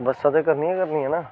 बस्सां ते करनी गै करनियां न